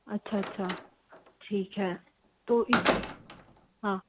अच्छा अच्छा ठीक है तो इसी हाँ